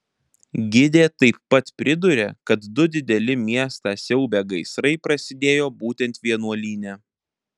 gidė taip pat priduria kad du dideli miestą siaubią gaisrai prasidėjo būtent vienuolyne